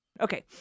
okay